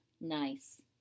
Nice